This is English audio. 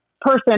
person